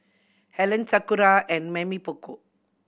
Helen Sakura and Mamy Poko